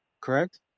correct